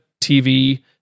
TV